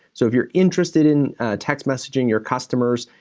so if you're interested in text messaging your customers,